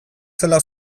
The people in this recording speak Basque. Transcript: zela